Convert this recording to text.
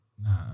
nah